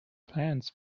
plans